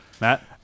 Matt